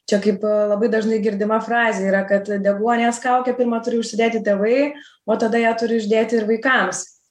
čia kaip labai dažnai girdima frazė yra kad deguonies kaukę pirma turi užsidėti tėvai o tada ją turi uždėti ir vaikams